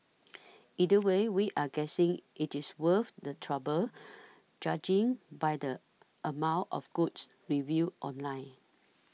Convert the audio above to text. either way we're guessing it is worth the trouble judging by the amount of goods reviews online